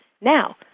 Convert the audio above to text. Now